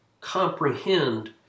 comprehend